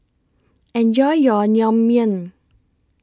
Enjoy your Naengmyeon